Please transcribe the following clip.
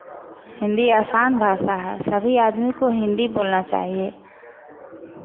हिन्दी आसान भाषा है सभी आदमी को हिन्दी बोलना चाहिए